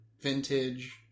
Vintage